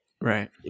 Right